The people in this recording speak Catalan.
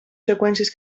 freqüències